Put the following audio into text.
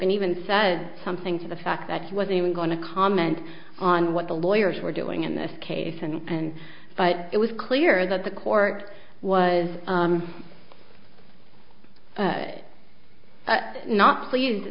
and even said something to the fact that he wasn't even going to comment on what the lawyers were doing in this case and but it was clear that the court was not pleased